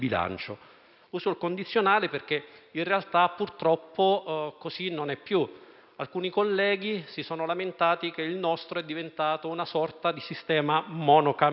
Uso il condizionale perché in realtà, purtroppo, non è più così. Alcuni colleghi si sono lamentati che il nostro è diventato una sorta di sistema monocamerale.